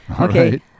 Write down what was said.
Okay